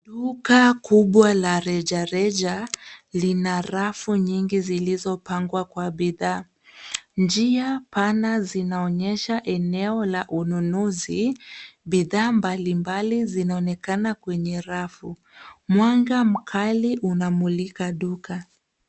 Duka kubwa la rejareja lina rafu nyingi zilizopangwa kwa bidhaa. Njia pana zinaonyesha eneo la ununuzi. Bidhaa mbali mbali zinaonekana kwenye rafu. Mwanga mkali unamulika duka.